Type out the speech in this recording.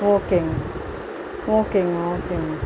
ஓகேங்க ஓகேங்க ஓகேங்க